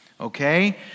Okay